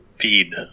feed